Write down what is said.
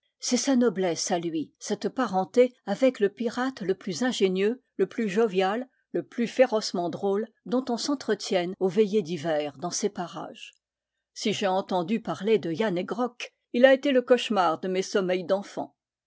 c'est sa noblesse à lui cette parenté avec le pirate le plus ingénieux le plus jovial le plus férocement drôle dont on s'entretienne aux veillées d'hiver en ces parages si j'ai entendu parler de yann hegrok il a été le cauchemar de mes sommeils